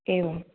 एवं